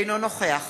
אינו נוכח